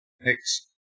Next